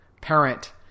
parent